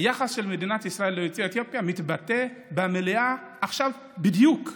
היחס של מדינת ישראל ליוצאי אתיופיה מתבטא במליאה עכשיו בדיוק.